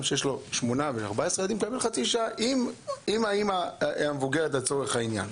יש גם אימא מבוגרת, לצורך העניין.